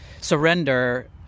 surrender